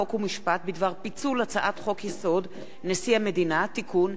חוק ומשפט בדבר פיצול הצעת חוק-יסוד: נשיא המדינה (תיקון,